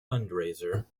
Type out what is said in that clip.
fundraiser